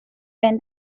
when